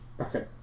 Okay